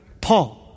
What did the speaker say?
paul